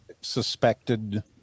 suspected